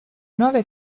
nuove